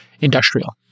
industrial